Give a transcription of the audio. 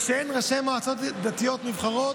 כשאין ראשי מועצות דתיות נבחרות,